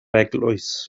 eglwys